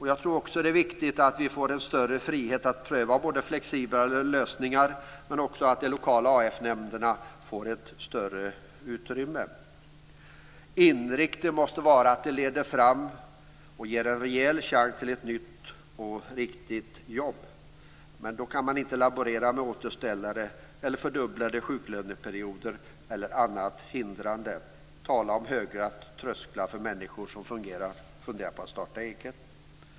Jag tror också att det är viktigt att vi får en större frihet att pröva flexiblare lösningar. De lokala AF-nämnderna skall också få ett större utrymme. Inriktningen måste vara att lösningarna leder fram till eller ger en rejäl chans till ett nytt och riktigt jobb. Då kan man inte laborera med återställare, fördubblade sjuklöneperioder eller annat hindrande. Tala om höga trösklar för människor som funderar på att starta eget!